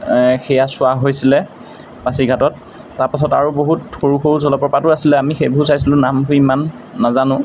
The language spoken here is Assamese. সেয়া চোৱা হৈছিলে পাছিঘাটত তাৰপাছত আৰু বহুত সৰু সৰু জলপ্ৰপাতো আছিলে আমি সেইবোৰ চাইছিলোঁ নামহে ইমান নাজানো